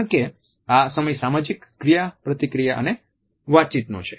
કારણ કે આ સમય સામાજિક ક્રિયાપ્રતિક્રિયા અને વાતચીતનો છે